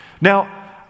Now